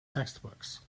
textbooks